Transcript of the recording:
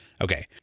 Okay